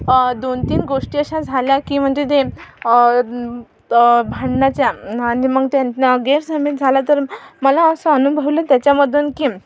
दोन तीन गोष्टी अश्या झाल्या की म्हणजे ते भांडणाच्या आणि मग त्यांना गैरसमज झाला तर मला असं अनुभवलं त्याच्यामधून की